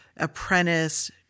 apprentice